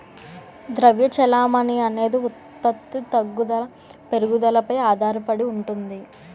ద్రవ్య చెలామణి అనేది ఉత్పత్తి తగ్గుదల పెరుగుదలపై ఆధారడి ఉంటుంది